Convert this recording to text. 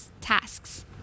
tasks